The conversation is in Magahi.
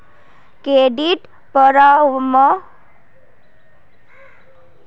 क्रेडिट परामर्श दुनिया भरत काफी ज्यादा इस्तेमाल कराल जाने वाला शब्द छिके